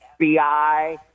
FBI